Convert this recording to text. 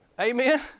Amen